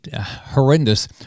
horrendous